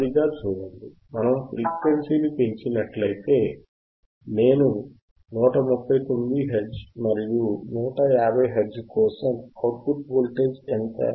నెమ్మదిగా చూడండి మనము ఫ్రీక్వెన్సీ పెంచినట్లయితే నేను 139 హెర్ట్జ్ మరియు 150 హెర్ట్జ్ కోసం అవుట్ పుట్ వోల్టేజ్ ఎంత